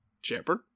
Shepherd